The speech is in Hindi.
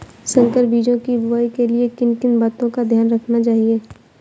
संकर बीजों की बुआई के लिए किन किन बातों का ध्यान रखना चाहिए?